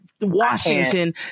Washington